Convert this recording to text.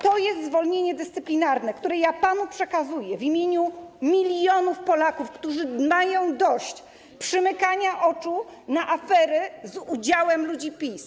To jest zwolnienie dyscyplinarne, które panu przekazuję w imieniu milionów Polaków, którzy mają dość przymykania oczu na afery z udziałem ludzi PiS.